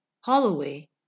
Holloway